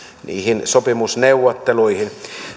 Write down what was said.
niihin sopimusneuvotteluihin